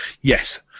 Yes